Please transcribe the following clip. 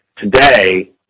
Today